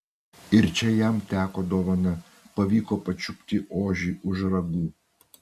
ir čia jam teko dovana pavyko pačiupti ožį už ragų